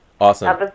Awesome